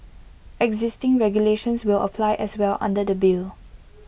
existing regulations will apply as well under the bill